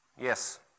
yes